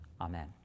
amen